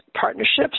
Partnerships